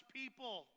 people